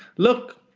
look,